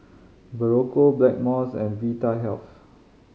Berocca Blackmores and Vitahealth